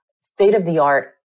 state-of-the-art